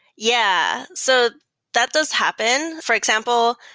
yeah. so that does happen. for example,